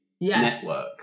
network